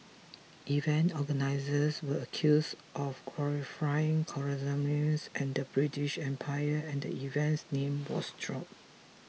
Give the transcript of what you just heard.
event organizers were accused of glorifying colonialism and the British Empire and the event's name was dropped